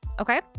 Okay